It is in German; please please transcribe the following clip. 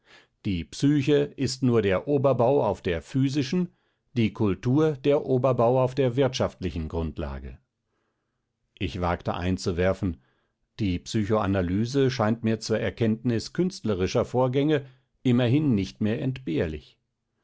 die psyche ist nur der oberbau auf der physischen die kultur der oberbau auf der wirtschaftlichen grundlage ich wagte einzuwerfen die psychoanalyse scheint mir zur erkenntnis künstlerischer vorgänge immerhin nicht mehr entbehrlich